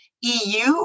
EU